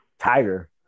tiger